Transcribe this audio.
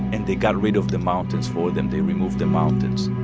and they got rid of the mountains for them. they removed the mountains